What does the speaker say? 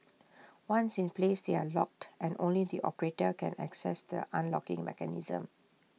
once in place they are locked and only the operator can access the unlocking mechanism